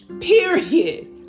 Period